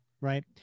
Right